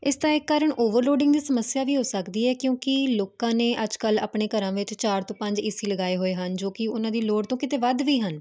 ਇਸ ਦਾ ਇੱਕ ਕਾਰਨ ਓਵਰਲੋਡਿੰਗ ਦੀ ਸਮੱਸਿਆ ਵੀ ਹੋ ਸਕਦੀ ਹੈ ਕਿਉਂਕਿ ਲੋਕਾਂ ਨੇ ਅੱਜ ਕੱਲ ਆਪਣੇ ਘਰਾਂ ਵਿੱਚ ਚਾਰ ਤੋਂ ਪੰਜ ਏ ਸੀ ਲਗਾਏ ਹੋਏ ਹਨ ਜੋ ਕੀ ਉਹਨਾਂ ਦੀ ਲੋੜ ਤੋਂ ਕਿਤੇ ਵੱਧ ਵੀ ਹਨ